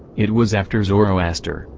it was after zoroaster,